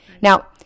Now